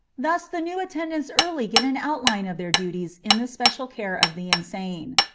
thus the new attendants early get an outline of their duties in the special care of the insane.